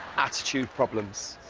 attitude problems.